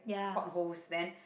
port holes then